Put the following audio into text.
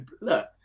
look